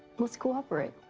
let's cooperate.